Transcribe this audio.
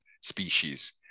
species